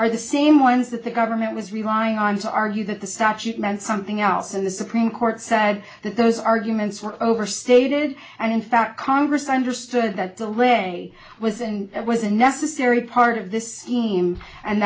are the same ones that the government was relying on to argue that the satch it meant something else in the supreme court said that those arguments were overstated and in fact congress understood that de lay was and was a necessary part of this team and